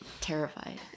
terrified